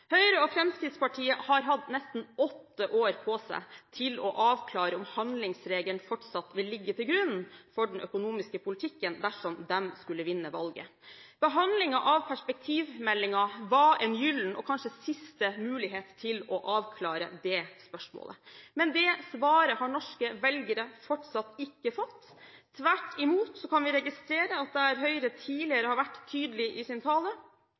Høyre og Fremskrittspartiet har hatt nesten åtte år på seg til å avklare om handlingsregelen fortsatt vil ligge til grunn for den økonomiske politikken dersom de skulle vinne valget. Behandlingen av perspektivmeldingen var en gyllen og kanskje siste mulighet til å avklare det spørsmålet. Men det svaret har norske velgere fortsatt ikke fått. Tvert imot kan vi registrere at der Høyre tidligere har vært tydelig i sin tale,